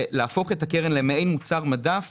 למעין מוצר מדף